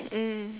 mm